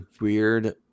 weird